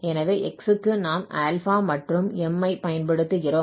எனவே x க்கு நாம் α மற்றும் m ஐ பயன்படுத்துகிறோம்